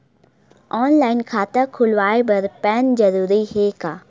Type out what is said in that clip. Online खाता खुलवाय बर पैन जरूरी हे का?